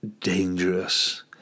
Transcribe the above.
dangerous